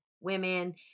women